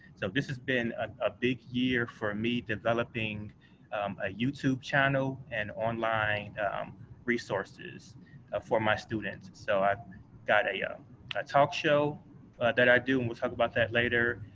so, this has been a big year for me developing a youtube channel and online resources ah for my students. so, i've got a yeah talk show that i do and we'll talk about that later,